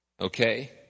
Okay